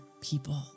people